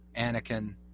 Anakin